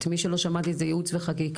את מי שלא שמעתי זה יעוץ וחקיקה.